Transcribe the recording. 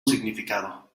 significado